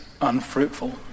unfruitful